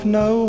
no